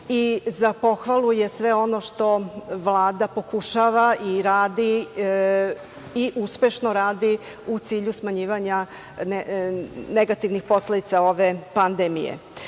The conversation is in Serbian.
Za pohvalu je sve ono što Vlada pokušava i uspešno radi u cilju smanjivanja negativnih posledica ove pandemije. Ustavni